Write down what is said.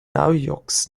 naujoks